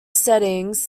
settings